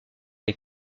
les